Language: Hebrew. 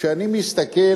כשאני מסתכל